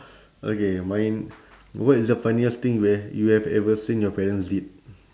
okay mine what is the funniest thing you h~ you have ever seen your parents did